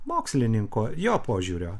mokslininko jo požiūrio